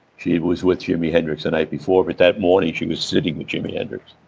she was with jimi hendrix the night before, but that morning, she was sitting with jimi hendrix.